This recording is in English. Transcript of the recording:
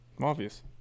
Obvious